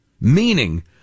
Meaning